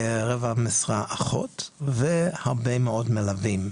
רבע משרה אחות והרבה מאוד מלווים,